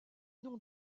nom